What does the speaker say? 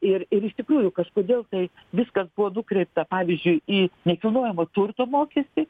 ir ir iš tikrųjų kažkodėl kai viskas buvo nukreipta pavyzdžiui į nekilnojamą turto mokestį